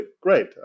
great